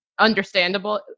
understandable